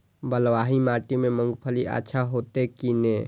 बलवाही माटी में मूंगफली अच्छा होते की ने?